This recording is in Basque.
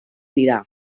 dira